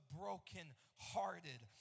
brokenhearted